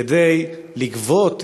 כדי לגבות,